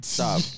Stop